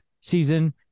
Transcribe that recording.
season